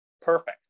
perfect